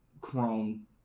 Chrome